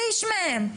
שליש מהם.